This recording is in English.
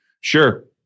sure